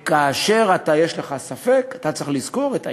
שכאשר יש לך ספק, אתה צריך לזכור את העניין,